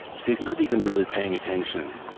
so he's not even really paying attention.